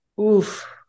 Oof